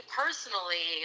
personally